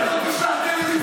אני רוצה שתגיד לי,